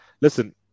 listen